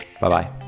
Bye-bye